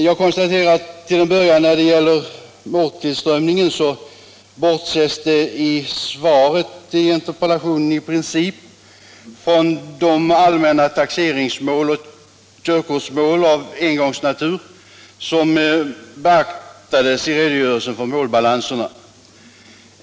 Jag konstaterar till en början att när det gäller måltillströmningen bortses det i interpellationssvaret i princip från de allmänna fastighetstaxeringsmål och körkortsmål av engångsnatur som beaktades i redogörelsen för målbalanserna.